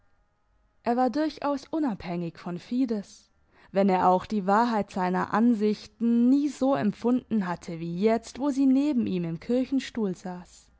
er war durchaus unabhängig von fides wenn er auch die wahrheit seiner ansichten nie so empfunden hatte wie jetzt wo sie neben ihm im kirchenstuhl sass